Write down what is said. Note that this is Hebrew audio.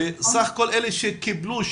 סך כל אלה שקיבלו,